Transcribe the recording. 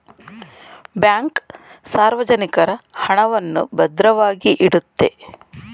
bank ಸಾರ್ವಜನಿಕರ ಹಣವನ್ನು ಭದ್ರವಾಗಿ ಇಡುತ್ತೆ